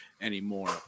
anymore